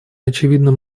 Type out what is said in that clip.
очевидно